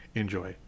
enjoy